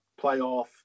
playoff